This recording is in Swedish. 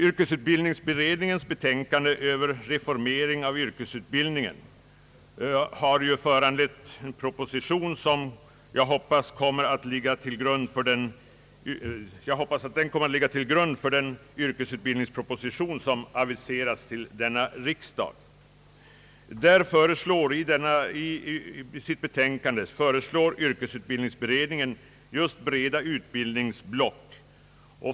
Yrkesutbildningsberedningens betänkande om reformering av yrkesutbildningen har ju gett upphov till en proposition som jag hoppas kommer att ligga till grund för den yrkesutbildnings proposition som aviserats till denna riksdag. I sitt betänkande föreslår yrkesutbildningsberedningen just sådana breda utbildningsblock.